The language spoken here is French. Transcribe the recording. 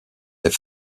est